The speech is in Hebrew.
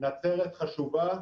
נצרת חשובה,